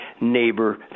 Neighbor